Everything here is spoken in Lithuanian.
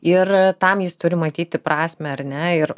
ir tam jis turi matyti prasmę ar ne ir